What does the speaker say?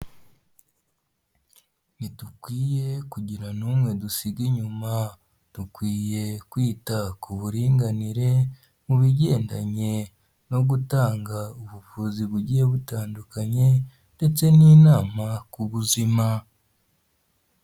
Ntidukwiye kugira n'umwe dusiga inyuma, dukwiye kwita ku buringanire mu bigendanye no gutanga ubuvuzi bugiye butandukanye, ndetse n'inama ku buzima.